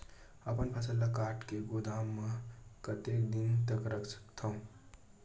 अपन फसल ल काट के गोदाम म कतेक दिन तक रख सकथव?